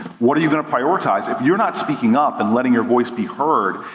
what're you gonna prioritize? if you're not speaking up and letting your voice be heard,